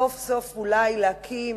סוף-סוף אולי להקים